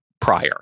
prior